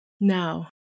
Now